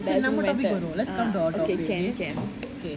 doesn't matter ah okay can can okay